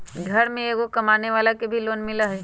घर में एगो कमानेवाला के भी लोन मिलहई?